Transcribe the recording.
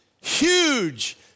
Huge